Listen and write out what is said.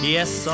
Yes